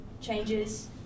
changes